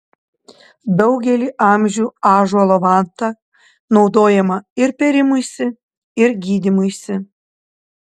daugelį amžių ąžuolo vanta naudojama ir pėrimuisi ir gydymuisi